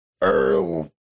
Earl